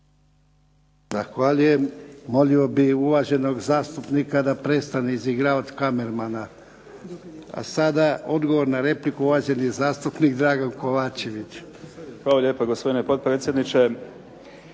Zahvaljujem. Molio bih uvaženog zastupnika da prestane izigravati kamermana. A sada odgovor na repliku, uvaženi zastupnik Dragan Kovačević. **Kovačević, Dragan (HDZ)** Hvala lijepa gospodine potpredsjedniče.